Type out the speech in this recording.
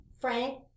Frank